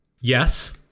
Yes